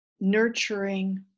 nurturing